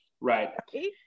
Right